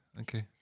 Okay